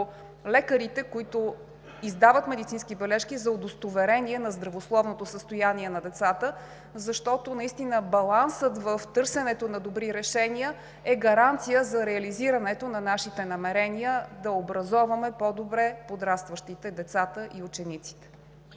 лекарите, които издават медицински бележки за удостоверение на здравословното състояние на децата. Балансът в търсенето на добри решения е гаранция за реализирането на нашите намерения да образоваме по-добре подрастващите, децата и учениците.